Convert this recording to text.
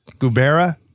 gubera